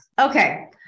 Okay